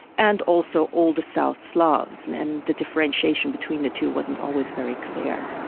and also all the south slavs and and the differentiation between the two wasn't always very clear.